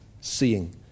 seeing